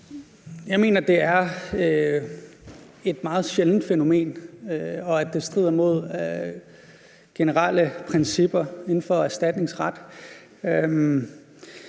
Jeg mener, det er et meget sjældent fænomen, og at det strider mod generelle principper inden for erstatningsret.